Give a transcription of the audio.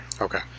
okay